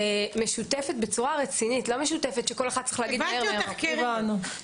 היו"ר מירב בן ארי